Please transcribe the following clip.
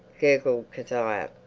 gurgled kezia,